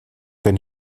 wenn